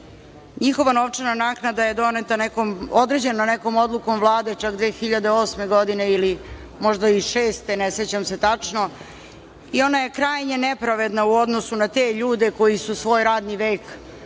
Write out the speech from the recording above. nema. Njihova novčana naknada je određena nekom odlukom Vlade čak 2008. godine ili možda i 2006. godine, ne sećam se tačno, i ona je krajnje nepravedna u odnosu na te ljude koji su svoj radni vek